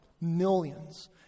millions